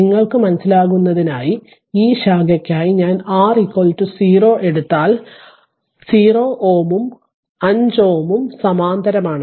നിങ്ങൾക്കു മനസിലാകുന്നതിനായി ഈ ശാഖയ്ക്കായി ഞാൻ R 0 എടുത്താൽ 0 ഉം 5 Ω ഉം സമാന്തരമാണ്